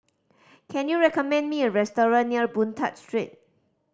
can you recommend me a restaurant near Boon Tat Street